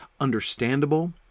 understandable